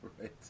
Right